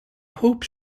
hope